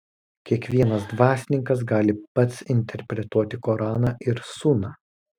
kiekvienas dvasininkas gali pats interpretuoti koraną ir suną